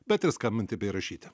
bet ir skambinti bei rašyti